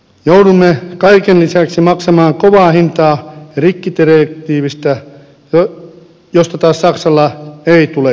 joudumme kaiken lisäksi maksamaan kovaa hintaa rikkidirektiivistä josta taas saksalle ei tule kuluja